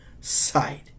sight